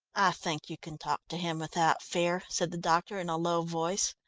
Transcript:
i think you can talk to him without fear, said the doctor in a low voice,